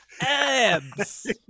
abs